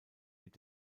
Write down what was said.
mit